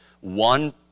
One